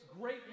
great